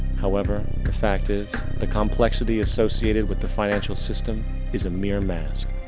however, the fact is the complexity associated with the financial system is a mere mask.